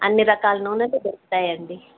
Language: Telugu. అన్ని రకాల నూనెలు దొరుకుతాయండి